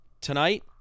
Tonight